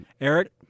eric